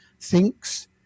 thinks